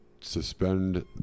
suspend